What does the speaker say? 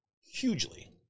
hugely